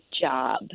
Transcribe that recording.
job